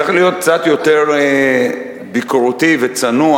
צריך להיות קצת יותר ביקורתי וצנוע